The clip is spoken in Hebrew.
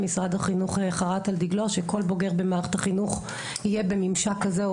משרד החינוך חרט על דגלו שכל בוגר במערכת החינוך יהיה בממשק כזה,